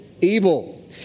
evil